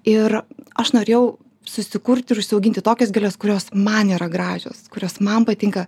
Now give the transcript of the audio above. ir aš norėjau susikurti ir užsiauginti tokias gėles kurios man yra gražios kurios man patinka